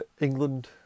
England